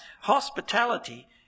Hospitality